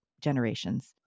generations